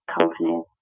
companies